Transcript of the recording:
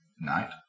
night